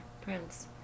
Prince